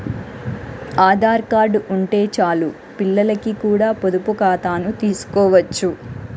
Aadhaar card ఉంటే చాలు పిల్లలకి కూడా పొదుపు ఖాతాను తీసుకోవచ్చు